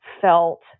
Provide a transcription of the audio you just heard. felt